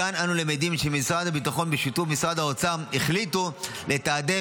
מכאן אנו למדים שמשרד הביטחון בשיתוף משרד האוצר החליטו לתעדף